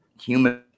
human